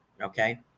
okay